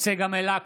צגה מלקו,